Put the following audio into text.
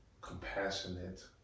compassionate